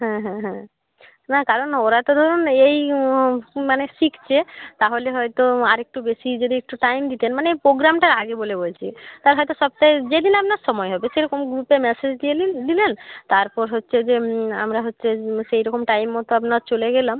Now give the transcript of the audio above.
হ্যাঁ হ্যাঁ হ্যাঁ না কারণ ওরা তো ধরুন এই মানে শিখছে তাহলে হয়তো আরেকটু বেশি যদি একটু টাইম দিতেন মানে প্রোগ্রামটার আগে বলে বলছি তা হয়তো সপ্তাহে যেদিন আপনার সময় হবে সেরকম গ্রুপে মেসেজ দিয়ে নিলেন তারপর হচ্ছে যে আমরা হচ্ছে সেই রকম টাইম মতো আপনার চলে গেলাম